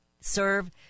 serve